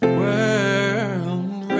world